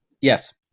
Yes